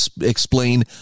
explain